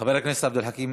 חבר הכנסת עבד אל חכים